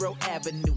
Avenue